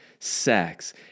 sex